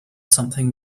something